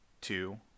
two